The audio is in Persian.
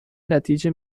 نتیجه